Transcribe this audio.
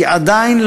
כי עדיין,